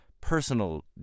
personal